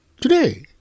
Today